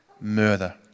Murder